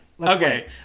Okay